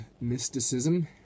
mysticism